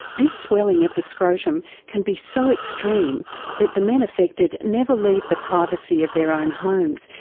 this swelling of the scrotum can be so extreme that the men affected never leave the privacy of their own homes.